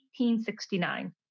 1869